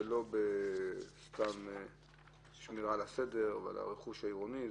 זה לא בשמירה על הסדר ועל הרכוש העירוני?